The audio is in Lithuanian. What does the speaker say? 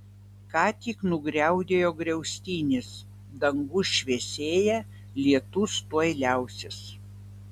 ką tik nugriaudėjo griaustinis dangus šviesėja lietus tuoj liausis